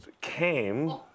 came